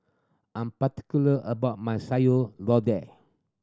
I'm particular about my Sayur Lodeh